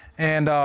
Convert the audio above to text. and,